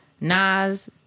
Nas